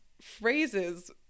phrases